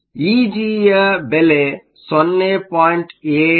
ಇಜಿ ಯ ಬೆಲೆ 0